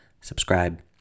subscribe